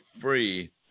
free